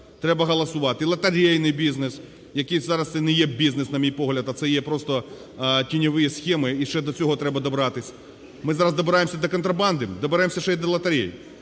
Треба голосувати. Лотерейний бізнес, який зараз, - це не є бізнес, на мій погляд, а це є просто тіньові схеми, і ще до цього треба добратися. Ми зараз добираємося до контрабанди, доберемося ще й до лотерей.,